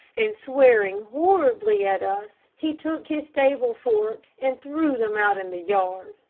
and swearing horribly at us, he took his stable fork and threw them out in the yard,